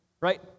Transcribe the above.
right